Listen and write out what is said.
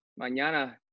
Mañana